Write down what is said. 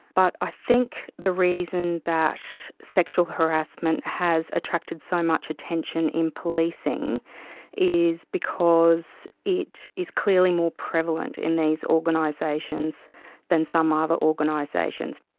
but i think the reason that sexual harassment has attracted so much attention in policing is because it is clearly more prevalent in these organisations than some other organisations.